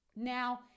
Now